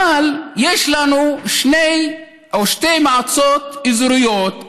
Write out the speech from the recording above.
אבל יש לנו שתי מועצות אזוריות,